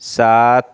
سات